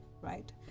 Right